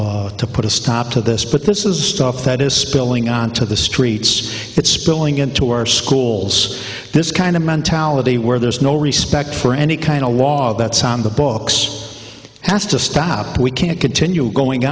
move to put a stop to this but this is stuff that is spilling onto the streets it's spilling into our schools this kind of mentality where there's no respect for any kind of law that's on the books has to stop we can't continue going